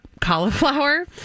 cauliflower